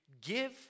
give